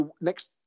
next